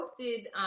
posted